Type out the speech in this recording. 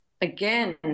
Again